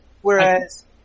Whereas